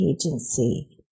agency